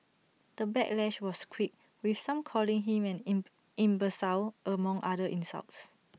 the backlash was quick with some calling him an in imbecile among other insults